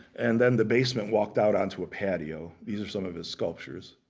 and then the basement walked out onto a patio. these are some of his sculptures.